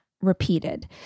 repeated